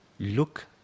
Look